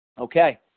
Okay